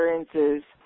experiences